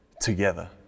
together